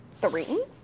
Three